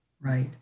right